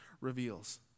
reveals